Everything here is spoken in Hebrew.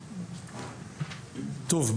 טוב,